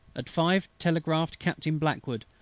at five telegraphed captain blackwood,